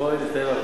בואי נטייל.